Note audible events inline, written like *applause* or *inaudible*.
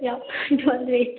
*unintelligible*